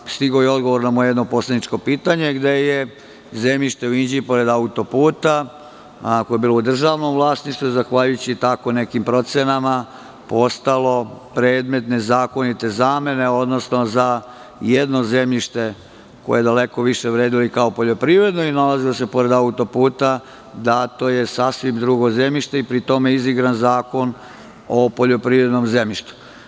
Takođe, stigao je odgovor na jedno moje poslaničko pitanje, gde je zemljište u Inđiji pored autoputa, a koje bilo u državnom vlasništvu, zahvaljujući tako nekim procena, postalo predmet nezakonite zamene, odnosno za jedno zemljište koje daleko više vredi kao poljoprivredno i nalazilo se pored autoputa, dato je sasvim drugo zemljište i pri tome izigran Zakon o poljoprivrednom zemljištu.